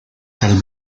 tal